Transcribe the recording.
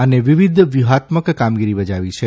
અને વિવિધ વ્યૂહાત્મક કામગીરી બજાવી છે